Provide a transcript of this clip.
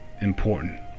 important